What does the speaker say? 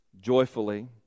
joyfully